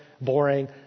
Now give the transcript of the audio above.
boring